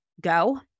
go